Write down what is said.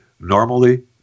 Normally